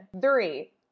Three